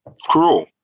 cruel